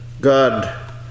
God